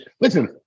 Listen